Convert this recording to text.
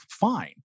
fine